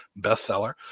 bestseller